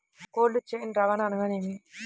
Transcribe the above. Cold chain రవాణా అనగా నేమి?